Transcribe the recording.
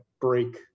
break –